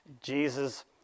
Jesus